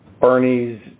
Bernie's